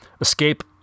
escape